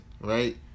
right